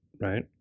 right